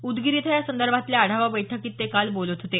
उदगीर इथं यासंदर्भातल्या आढावा बैठकीत ते काल बोलत होते